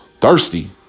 Thirsty